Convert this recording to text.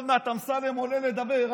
עוד מעט אמסלם עולה לדבר,